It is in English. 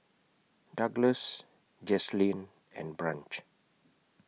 Douglas Jazlene and Branch